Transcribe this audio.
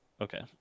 Okay